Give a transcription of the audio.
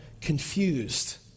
confused